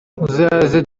uzaze